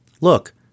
Look